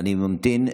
אני ממתין.